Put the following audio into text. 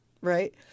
right